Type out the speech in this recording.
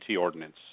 ordinance